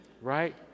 right